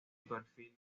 perfil